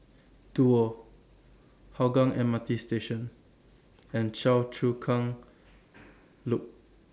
Duo Hougang M R T Station and Choa Chu Kang Loop